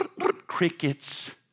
Crickets